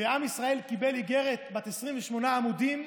ועם ישראל קיבל איגרת בת 28 עמודים,